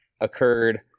occurred